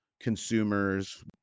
consumers